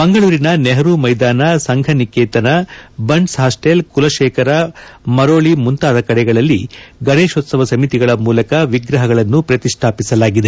ಮಂಗಳೂರಿನ ನೆಹರು ಮೈದಾನ ಸಂಘನೀಕೇತನ ಬಂಟ್ಲ್ ಹಾಸ್ಸೆಲ್ ಕುಲಶೇಕರ ಮರೋಳಿ ಮುಂತಾದ ಕಡೆಗಳಲ್ಲಿ ಗಣೇಶೋತ್ತವ ಸಮಿತಿಗಳ ಮೂಲಕ ವಿಗ್ರಹಗಳನ್ನು ಪ್ರತಿಷ್ಠಾಪಿಸಲಾಗಿದೆ